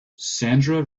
sandra